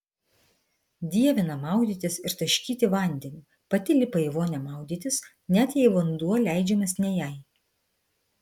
dievina maudytis ir taškyti vandeniu pati lipa į vonią maudytis net jei vanduo leidžiamas ne jai